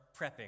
prepping